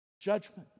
judgment